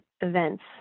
events